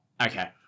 Okay